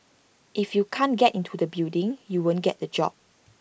if you can't get into the building you won't get that job